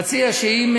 שאם